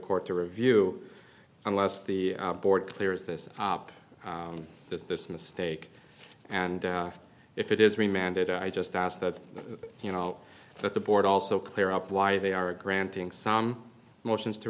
court to review unless the board clears this up is this mistake and if it is reminded i just ask that you know that the board also clear up why they are granting some motions to